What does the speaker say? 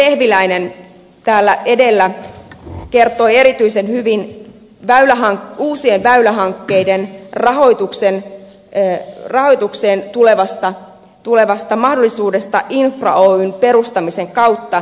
edustaja vehviläinen täällä edellä kertoi erityisen hyvin uusien väylähankkeiden rahoitukseen tulevasta mahdollisuudesta infra oyn perustamisen kautta